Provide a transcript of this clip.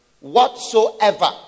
whatsoever